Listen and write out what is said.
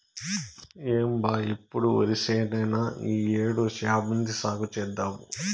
ఏం బా ఎప్పుడు ఒరిచేనేనా ఈ ఏడు శామంతి సాగు చేద్దాము